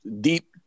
Deep